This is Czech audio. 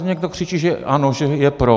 Někdo křičí, že ano, že je pro.